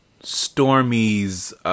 Stormy's